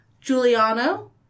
Giuliano